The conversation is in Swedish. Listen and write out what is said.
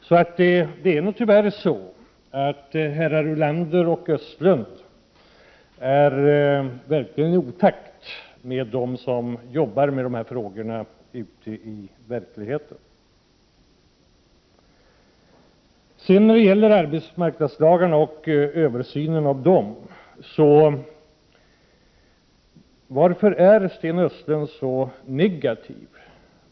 Tyvärr är det nog så, att herrar Ulander och Östlund verkligen är i otakt med dem som jobbar med dessa frågor ute i verkligheten. När det gäller arbetsmarknadslagarna och översynen av dessa vill jag fråga: Varför är Sten Östlund så negativ?